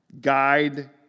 guide